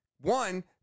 one